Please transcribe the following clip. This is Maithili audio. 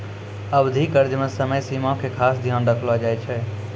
अवधि कर्ज मे समय सीमा के खास ध्यान रखलो जाय छै